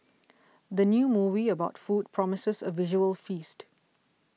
the new movie about food promises a visual feast